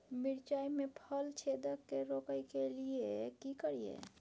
मिर्चाय मे फल छेदक के रोकय के लिये की करियै?